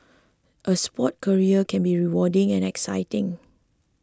a sports career can be rewarding and exciting